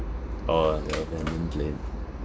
orh the abandoned plane